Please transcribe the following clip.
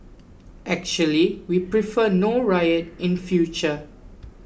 actually we prefer no riot in future